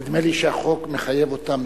נדמה לי שהחוק מחייב אותם,